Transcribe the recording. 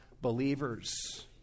believers